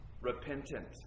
repentant